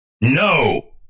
No